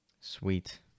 Sweet